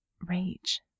rage